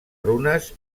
runes